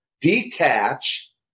Detach